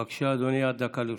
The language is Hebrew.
בבקשה, אדוני, עד דקה לרשותך.